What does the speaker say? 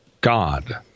god